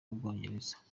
bwongereza